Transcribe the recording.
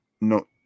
No